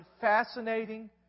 fascinating